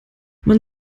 man